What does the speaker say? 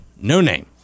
No-name